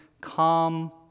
calm